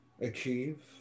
achieve